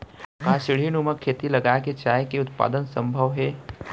का सीढ़ीनुमा खेती लगा के चाय के उत्पादन सम्भव हे?